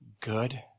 good